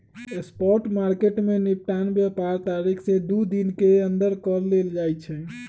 spot market में निपटान व्यापार तारीख से दू दिन के अंदर कऽ लेल जाइ छइ